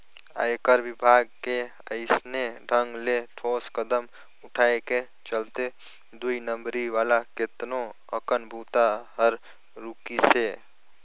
आयकर विभाग के अइसने ढंग ले ठोस कदम उठाय के चलते दुई नंबरी वाला केतनो अकन बूता हर रूकिसे